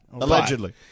Allegedly